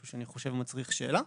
משהו שלדעתי מצריך שאלה.